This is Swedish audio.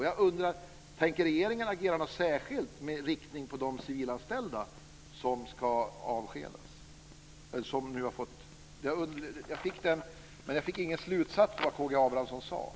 Jag undrar: Tänker regeringen agera på något särskilt sätt med inriktning på de civilanställda som ska avskedas? Jag fick ingen slutsats i vad K G Abramsson sade.